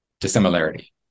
dissimilarity